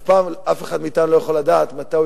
שאף פעם אף אחד מאתנו לא יכול לדעת מתי הוא